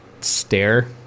stare